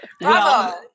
Bravo